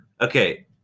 okay